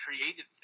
created